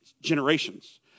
Generations